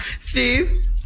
Steve